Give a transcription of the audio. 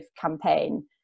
campaign